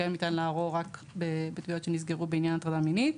כיום ניתן לערור רק בתביעות שנסגרו בעניין של הטרדה מינית.